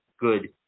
good